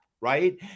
right